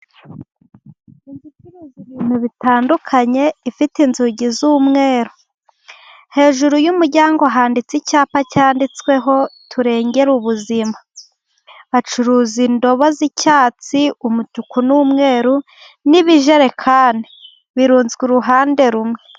Inzu icuriza ibintu bitandukanye ifite inzugi z'umweru hejuru y'umuryango handitse icyapa cyanditsweho ngo turengere ubuzima. Icuruza indobo z'icyatsi ,mutuku n'umweru n'ibijerekani. birunze uruhande rumwe.